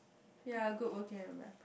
ya good working environment